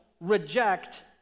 reject